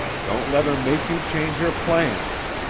don't let her make you change your plans.